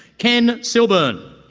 ken silburn.